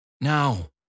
Now